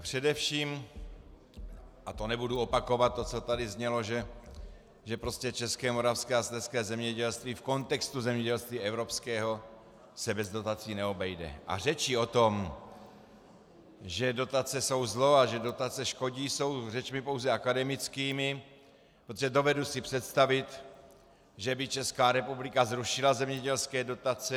Především, a to nebudu opakovat, co tady znělo, že české, moravské a slezské zemědělství v kontextu zemědělství evropského se bez dotací neobejde, a řeči o tom, že dotace jsou zlo a že dotace škodí, jsou řečmi pouze akademickými, protože si dovedu představit, že by Česká republika zrušila zemědělské dotace.